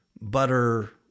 butter